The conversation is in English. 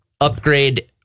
upgrade